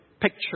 picture